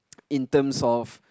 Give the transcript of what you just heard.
in terms of